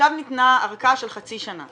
עכשיו ניתנה ארכה של חצי שנה.